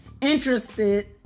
interested